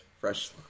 Fresh